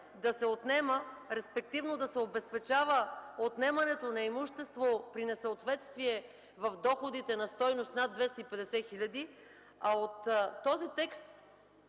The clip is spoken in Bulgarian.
да се отнема, респективно да се обезпечава отнемането на имущество при несъответствие в доходите на стойност над 250 хил. лв., а от този текст